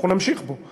ואנחנו נמשיך בו,